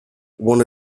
one